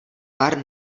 pár